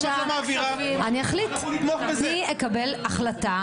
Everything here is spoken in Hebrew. אני אקבל החלטה.